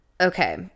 okay